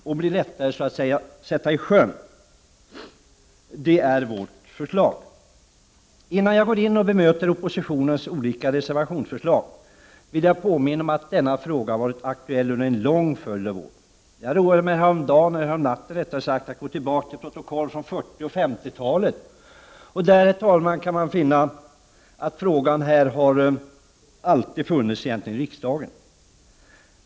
Det blir lättare att så att säga sätta det i sjön. Innan jag går in på och bemöter oppositionens olika reservationsförslag vill jag påminna om att denna fråga varit aktuell under en lång följd av år. Häromnatten roade jag mig med att gå tillbaka till protokoll från 40 och 50-talen. Den här frågan har egentligen alltid varit aktuell i riksdagen.